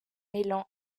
mêlant